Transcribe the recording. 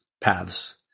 paths